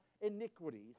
iniquities